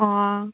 अ